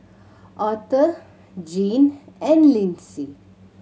Author Gene and Linsey